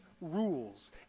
rules